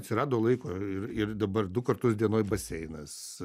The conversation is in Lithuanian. atsirado laiko ir ir dabar du kartus dienoj baseinas